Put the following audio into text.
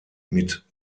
mit